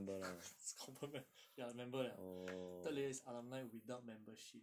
it's confirm mem~ ya member liao third layer is alumni without membership